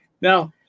Now